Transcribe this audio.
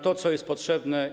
tego, co jest potrzebne.